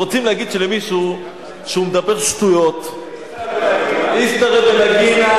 כשרוצים להגיד שמישהו מדבר שטויות, איסתרא בלגינא.